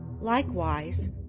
Likewise